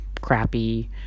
crappy